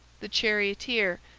the charioteer,